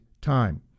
time